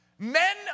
Men